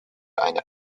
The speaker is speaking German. eine